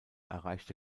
erreichte